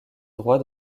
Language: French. droit